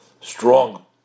strong